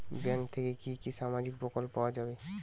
Bank থেকে কি কি সামাজিক প্রকল্প পাওয়া যাবে?